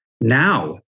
Now